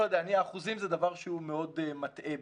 לא יודע, אחוזים זה דבר שהוא מאוד מטעה.